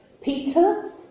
Peter